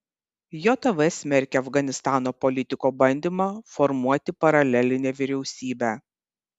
jav smerkia afganistano politiko bandymą formuoti paralelinę vyriausybę